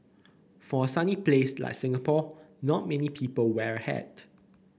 for a sunny place like Singapore not many people wear a hat